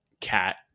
cat